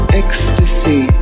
ecstasy